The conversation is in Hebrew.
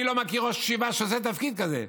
אני לא מכיר ראש ישיבה שעושה תפקיד כזה.